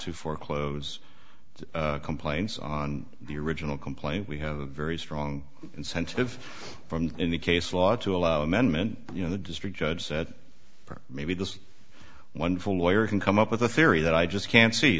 to foreclose complaints on the original complaint we have a very strong incentive in the case law to allow amendment you know the district judge said maybe this wonderful lawyer can come up with a theory that i just can't see